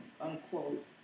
unquote